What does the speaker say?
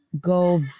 go